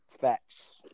Facts